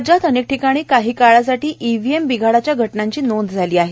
राज्यात अनेक ठिकाणी काही काळासाठी इव्हीएम बिघाडाच्या घटनांची नोंद झाली आहे